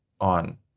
on